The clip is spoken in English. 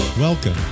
Welcome